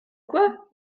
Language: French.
quoi